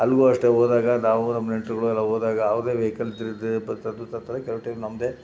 ಅಲ್ಲಿಗೂ ಅಷ್ಟೇ ಹೋದಾಗ ನಾವು ನಮ್ಮ ನೆಂಟರುಗಳೆಲ್ಲ ಹೋದಾಗ ಯಾವುದೇ ವೆಹಿಕಲ್ ತರ್ತಾರೆ ಕೆಲವು ಟೈಮ್ ನಮ್ಮದೇ